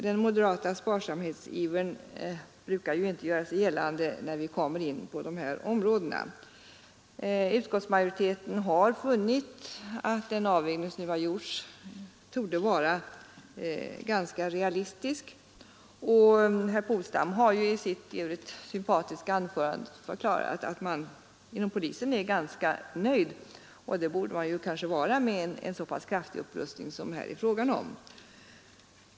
Den moderata sparsamhetsivern brukar ju inte göra sig gällande när vi kommer in på de här områdena. Utskottsmajoriteten har funnit att den avvägning som nu har gjorts torde vara ganska realistisk. Herr Polstam har också i sitt sympatiska anförande förklarat att man inom polisen är ganska nöjd, och det borde man kanske vara med en så pass kraftig upprustning som det här är fråga om.